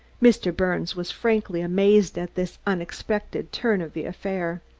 mr. birnes was frankly amazed at this unexpected turn of the affair.